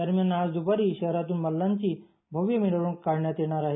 दरम्यान आज दपारी शहरातून या मल्लांची भव्य मिरवणूक काढण्यात येणार आहे